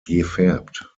gefärbt